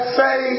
say